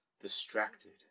distracted